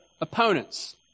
opponents